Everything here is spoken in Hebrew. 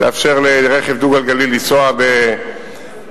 לאפשר לרכב דו-גלגלי לנסוע בנת"צים,